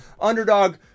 Underdog